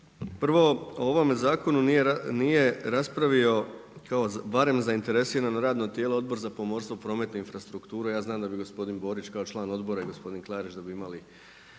prvo o ovom zakonu nije raspravio kao barem zainteresirano radno tijelo Odbor za pomorstvo, promet i infrastrukturu. Ja znam da bi gospodin Borić kao član odbora i gospodin Klarić da bi imali